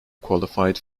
qualified